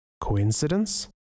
Coincidence